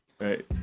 Right